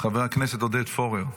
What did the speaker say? חבר הכנסת עודד פורר,